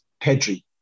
Pedri